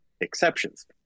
exceptions